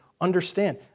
understand